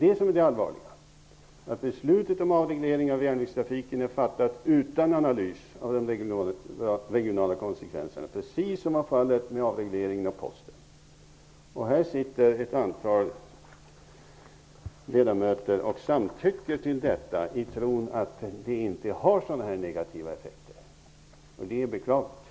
Det allvarliga är att beslutet om avregleringen av järnvägstrafiken är fattat utan någon analys av de regionala konsekvenserna, precis som är fallet med avregleringen av Posten. Här sitter ett antal ledamöter som samtycker med regeringen i tron att det inte har negativa effekter. Det är beklagligt.